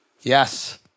Yes